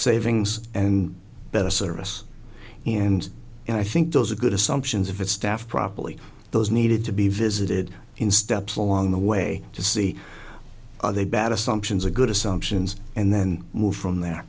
savings and better service and i think those are good assumptions of it staff probably those needed to be visited in steps along the way to see other bad assumptions or good assumptions and then move from there